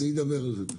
אני אדבר על זה תכף.